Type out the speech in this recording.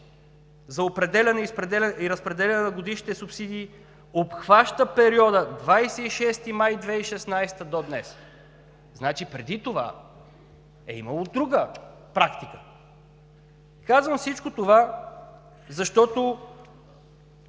за определяне и разпределяне на годишните субсидии обхваща периода 26 май 2016 г. до днес“. Значи преди това е имало друга практика. Казвам всичко това, защото